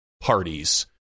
parties